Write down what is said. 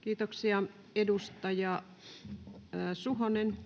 Kiitoksia. — Edustaja Suhonen.